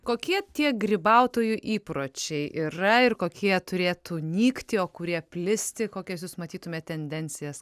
kokie tie grybautojų įpročiai yra ir kokie turėtų nykti o kurie plisti kokias jūs matytumėt tendencijas